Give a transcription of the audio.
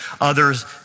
others